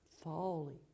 falling